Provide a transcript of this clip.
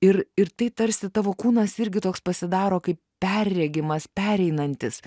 ir ir tai tarsi tavo kūnas irgi toks pasidaro kaip perregimas pereinantis